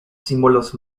símbolos